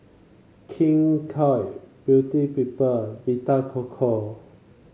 King Koil Beauty People Vita Coco